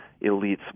elites